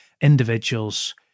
individuals